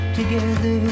together